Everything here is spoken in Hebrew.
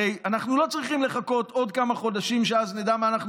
הרי אנחנו לא צריכים לחכות עוד כמה חודשים שאז נדע מה אנחנו